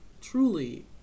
Truly